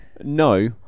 No